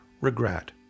regret